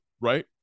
Right